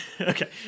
Okay